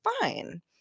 fine